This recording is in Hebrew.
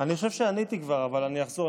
אני חושב שעניתי כבר, אבל אני אחזור.